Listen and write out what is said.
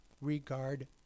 regard